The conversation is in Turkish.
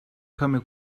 kamu